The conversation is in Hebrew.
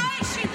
במה האשימו אותה?